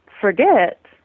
forget